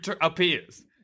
appears